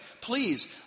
please